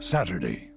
Saturday